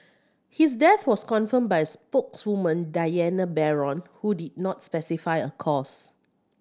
his death was confirmed by a spokeswoman Diana Baron who did not specify a cause